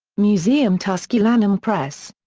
museum tusculanum press.